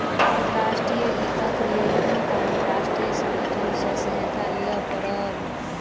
अंतर्राष्ट्रीय वित्तक लेल हुनका अंतर्राष्ट्रीय संगठन सॅ सहायता लिअ पड़ल